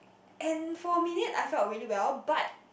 and for a minute I felt really well but